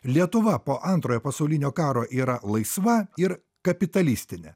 lietuva po antrojo pasaulinio karo yra laisva ir kapitalistinė